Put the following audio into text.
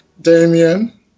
Damien